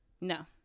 No